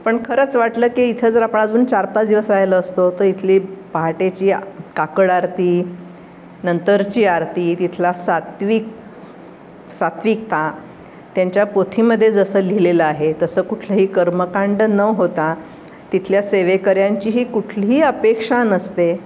पण खरंच वाटलं की इथं जर आपण अजून चार पाच दिवस राहिलं असतो तर इथली पहाटेची काकड आरती नंतरची आरती तिथला सात्विक सात्विकता त्यांच्या पोथीमध्ये जसं लिहिलेलं आहे तसं कुठलंही कर्मकांड न होता तिथल्या सेवेकऱ्यांचीही कुठलीही अपेक्षा नसते